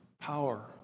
Power